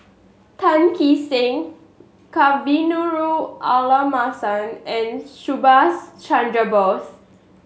Tan Kee Sek Kavignareru Amallathasan and Subhas Chandra Bose